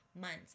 months